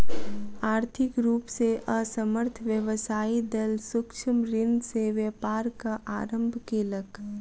आर्थिक रूप से असमर्थ व्यवसायी दल सूक्ष्म ऋण से व्यापारक आरम्भ केलक